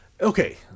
Okay